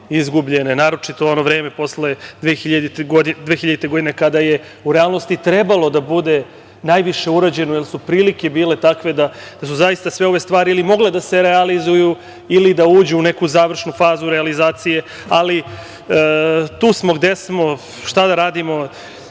izgubljene, naročito u ono vreme posle 2000. godine kada je u realnosti trebalo da bude najviše urađeno, jer su prilike bile takve da su zaista sve ove stvari ili mogle da se realizuju ili da uđu u neku završnu fazu realizacije. Tu smo gde smo, šta da radimo,